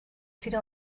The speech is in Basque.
dira